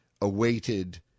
awaited